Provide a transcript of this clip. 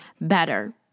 better